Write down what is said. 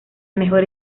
mejor